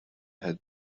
had